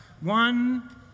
One